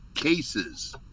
cases